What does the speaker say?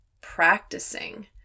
practicing